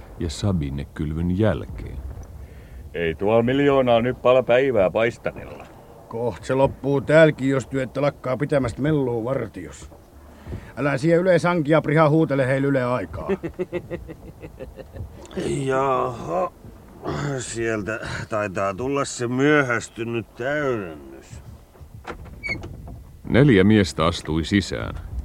ja Sabine kylvyn jälkeen. Ei tuolla miljoonaa nyt pala päivää paistanella. Koht se loppuu täälläkin, jos työtte lakkaa pitämästä mellua vartiossa. Älä siellä yle sankia, Priha, huutele heille yle aikaa. Jaha, sieltä taitaa tulla se myöhästynyt täydennys. Neljä miestä astui sisään.